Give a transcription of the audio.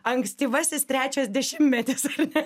ankstyvasis trečias dešimtmetis ar ne